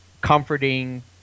comforting